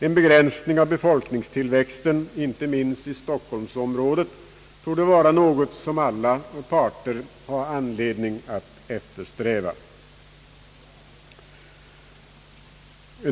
En begränsning av befolknings tillväxten, inte minst i stockholmsområdet, torde vara något som alla parter har anledning att eftersträva.